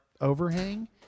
overhang